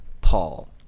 Paul